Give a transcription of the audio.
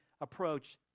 approach